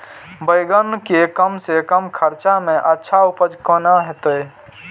बेंगन के कम से कम खर्चा में अच्छा उपज केना होते?